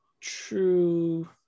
true